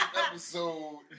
episode